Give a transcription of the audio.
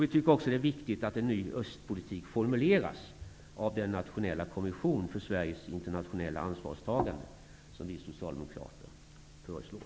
Vi tycker också att det är viktigt att en ny östpolitik formuleras av den nationella kommission för Sveriges internationella ansvarstagande som vi socialdemokrater föreslår.